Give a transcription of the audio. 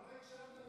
אתה לא הקשבת,